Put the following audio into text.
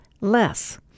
less